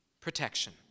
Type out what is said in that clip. protection